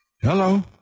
Hello